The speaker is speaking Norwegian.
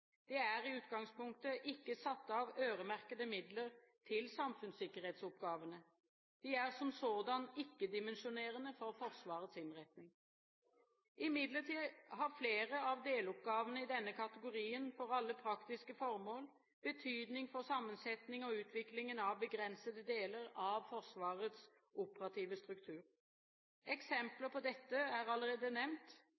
Det er i utgangspunktet ikke satt av øremerkede midler til samfunnssikkerhetsoppgavene. De er som sådan ikke dimensjonerende for Forsvarets innretting. Imidlertid har flere av deloppgavene i denne kategorien for alle praktiske formål betydning for sammensetning og utvikling av begrensede deler av Forsvarets operative